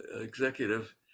executive